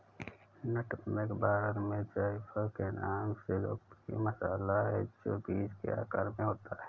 नट मेग भारत में जायफल के नाम से लोकप्रिय मसाला है, जो बीज के आकार में होता है